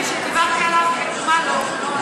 בטוח?